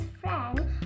friend